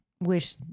wish